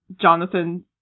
Jonathan